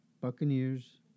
Buccaneers